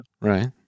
Right